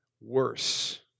worse